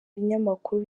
binyamakuru